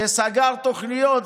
שסגר תוכניות,